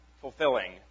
fulfilling